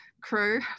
crew